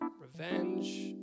revenge